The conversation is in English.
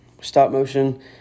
Stop-motion